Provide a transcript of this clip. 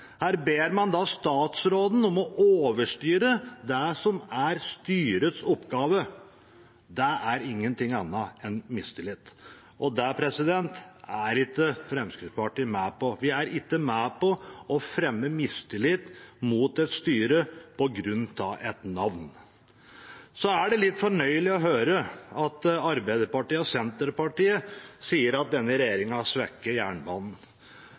styrets oppgave. Det er ingenting annet enn mistillit, og det er ikke Fremskrittspartiet med på – vi er ikke med på å fremme mistillit mot et styre på grunn av et navn. Det er litt fornøyelig å høre at Arbeiderpartiet og Senterpartiet sier at denne regjeringen svekker jernbanen.